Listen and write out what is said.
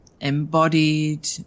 embodied